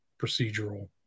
procedural